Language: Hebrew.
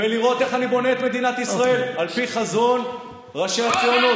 ולראות איך אני בונה את מדינת ישראל על פי חזון ראשי הציונות.